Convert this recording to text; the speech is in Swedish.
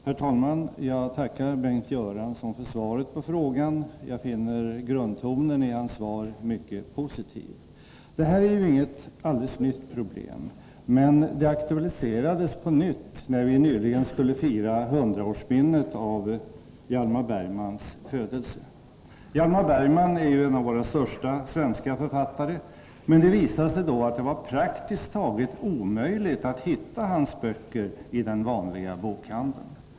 Herr talman! Jag tackar Bengt Göransson för svaret på frågan. Jag finner grundtonen i hans svar mycket positiv. Det här är inget alldeles nytt problem, men det aktualiserades på nytt när vi nyligen skulle fira 100-årsminnet av Hjalmar Bergmans födelse. Hjalmar Bergman är en av våra största svenska författare, men det visade sig då att det var praktiskt taget omöjligt att hitta hans böcker i den vanliga bokhandeln.